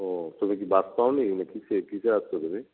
ও তুমি কি বাস পাও নি না কীসে কীসে আসছো তুমি